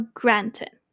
granted